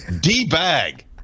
D-bag